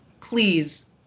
please